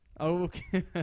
Okay